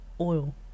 oil